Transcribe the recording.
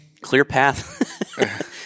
ClearPath